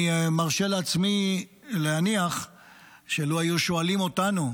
אני מרשה לעצמי להניח שלו היו שואלים אותנו,